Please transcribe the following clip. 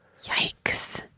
Yikes